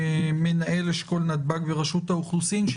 מנהל אשכול נתב"ג ברשות האוכלוסין.